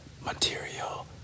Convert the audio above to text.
material